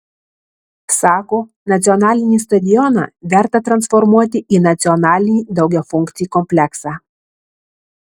sako nacionalinį stadioną verta transformuoti į nacionalinį daugiafunkcį kompleksą